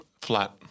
Flat